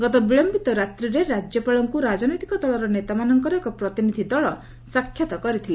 ଗତ ବିଳୟିତ ରାତ୍ରିରେ ରାଜ୍ୟପାଳଙ୍କୁ ରାଜନୈତିକ ଦଳର ନେତାମାନଙ୍କର ଏକ ପ୍ରତିନିଧି ଦଳ ସାକ୍ଷାତ କରିଥିଲେ